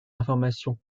informations